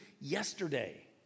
yesterday